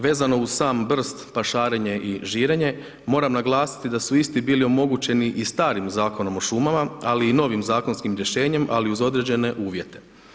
Vezano uz sam brst, pašarenje i žirenje, moram naglasiti da su isti bili omogućiti i starim Zakonom o šumama, ali i novim zakonskim rješenjem, ali uz određene uvjete.